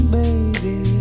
baby